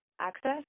access